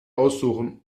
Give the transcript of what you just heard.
aussuchen